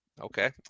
okay